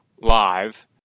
Live